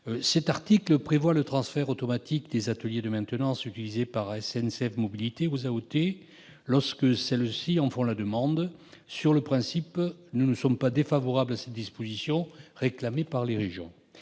Cet article prévoit le transfert automatique des ateliers de maintenance utilisés par SNCF Mobilités aux AOT lorsque celles-ci en font la demande. Sur le principe, nous ne sommes pas défavorables à cette disposition, réclamée par les régions.